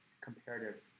comparative